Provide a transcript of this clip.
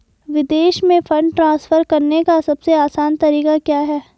विदेश में fund transfer करने का सबसे आसान तरीका क्या है?